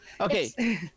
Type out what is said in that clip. Okay